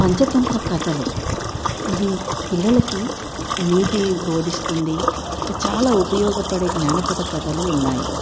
పంచతంత్ర కథలు ఇవి పిల్లలకి నీది బోధిస్తుంది ఇంకా చాలా ఉపయోగపడే జానపద కథలు ఉన్నాయి